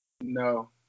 No